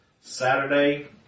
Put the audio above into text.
Saturday